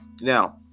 Now